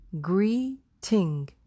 greeting